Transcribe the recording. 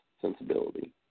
sensibility